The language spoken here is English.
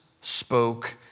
spoke